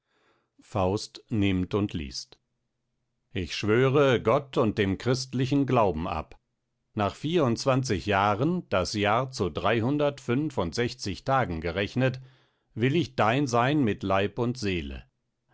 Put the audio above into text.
faust nimmt und liest ich schwöre gott und dem christlichen glauben ab nach vier und zwanzig jahren das jahr zu dreihundert fünf und sechzig tagen gerechnet will ich dein sein mit leib und seele